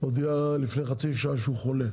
הודיע לפני חצי שעה שהוא חולה,